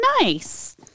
nice